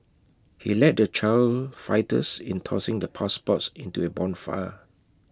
he led the child fighters in tossing the passports into A bonfire